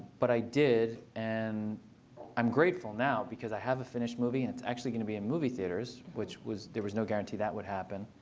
but i did. and i'm grateful now, because i have a finished movie, and it's actually going to be in movie theaters, which there was no guarantee that would happen.